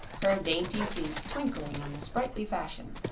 her dainty feet twinkling in sprightly fashion.